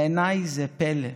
בעיניי זה פלא.